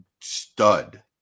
stud